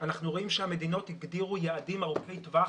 אנחנו רואים שהמדינות הגדירו יעדים ארוכי טווח,